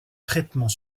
traitement